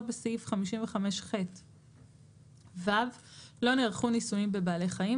בסעיף 55ח(ו) לא נערכו ניסויים בבעלי חיים,